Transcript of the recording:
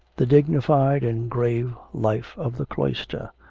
the dignified and grave life of the cloister,